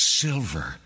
silver